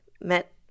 met